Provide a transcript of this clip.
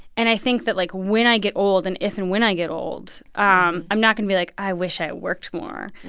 and i think that, like, when i get old, and if and when i get old, um i'm not going to be like, i wish i worked more.